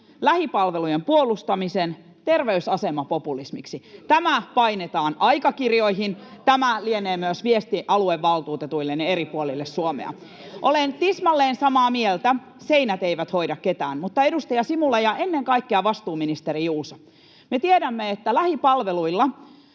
lähipalvelujen puolustamisen terveysasemapopulismiksi. Tämä painetaan aikakirjoihin. Tämä lienee myös viestin aluevaltuutetuillenne eri puolille Suomea. Olen tismalleen samaa mieltä: seinät eivät hoida ketään. Mutta, edustaja Simula, ja ennen kaikkea vastuuministeri Juuso: me tiedämme, että lähipalveluilla